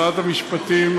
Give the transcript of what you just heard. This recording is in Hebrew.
שרת המשפטים,